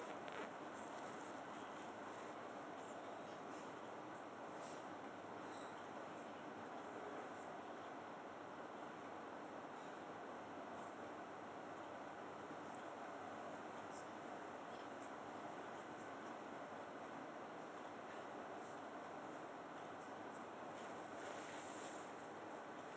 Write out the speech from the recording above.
ya